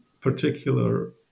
particular